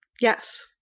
Yes